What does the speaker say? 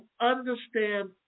understand